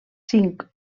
cinc